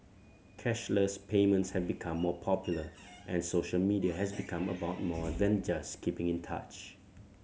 cashless payments have become more popular and social media has become about more than just keeping in touch